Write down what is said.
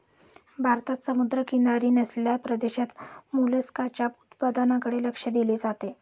भारतात समुद्रकिनारी नसलेल्या प्रदेशात मोलस्काच्या उत्पादनाकडे लक्ष दिले जाते